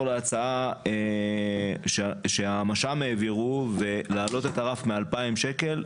עם אלה שלא חתמו?